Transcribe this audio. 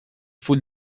full